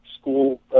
school